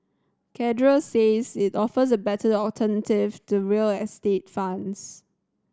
cadre says it offers a better alternative to real estate funds